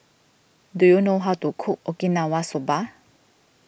do you know how to cook Okinawa Soba